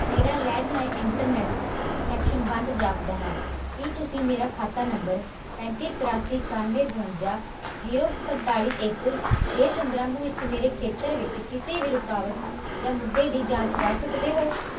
ਮੇਰਾ landline internet connection ਬੰਦ ਜਾਪਦਾ ਹੈ ਕੀ ਤੁਸੀਂ ਮੇਰਾ ਖਾਤਾ ਨੰਬਰ ਪੈਂਤੀ ਤਰਾਸੀ ਇਕਾਨਵੇਂ ਬਵੰਜਾ ਜੀਰੋ ਪੰਤਾਲੀ ਇੱਕ ਦੇ ਸੰਦਰਭ ਵਿੱਚ ਮੇਰੇ ਖੇਤਰ ਵਿੱਚ ਕਿਸੇ ਵੀ ਰੁਕਾਵਟ ਜਾਂ ਮੁੱਦੇ ਦੀ ਜਾਂਚ ਕਰ ਸਕਦੇ ਹੋ